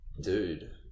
dude